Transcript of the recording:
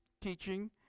teaching